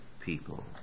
people